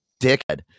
dickhead